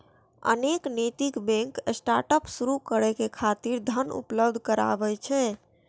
अनेक नैतिक bank startup शुरू करै खातिर धन उपलब्ध कराबै छै